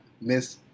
Miss